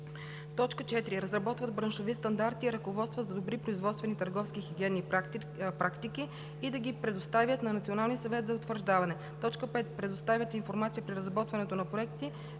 храни; 4. разработват браншови стандарти и ръководства за добри производствени, търговски и хигиенни практики и да ги предоставят на Националния съвет за утвърждаване; 5. предоставят информация при разработването на проекти